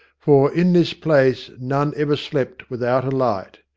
for in this place none ever slept without a light,